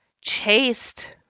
chased